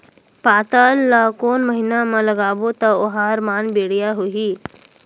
पातल ला कोन महीना मा लगाबो ता ओहार मान बेडिया होही?